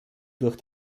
durch